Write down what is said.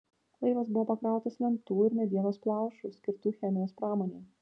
laivas buvo pakrautas lentų ir medienos plaušų skirtų chemijos pramonei